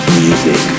music